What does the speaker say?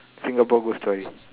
Singapore ghost stories